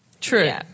True